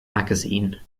magazine